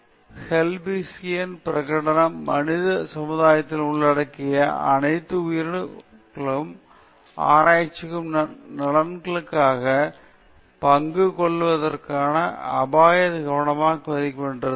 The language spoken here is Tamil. மறுபடியும் 1964 ஆம் ஆண்டில் ஹெல்சிங்கியின் பிரகடனம் மனித சமுதாயங்களை உள்ளடக்கிய அனைத்து உயிரி ஆராய்ச்சிகளும் நலனுக்காக பங்கு பெறுவதற்கான அபாயத்தை கவனமாக மதிப்பிடுகின்றன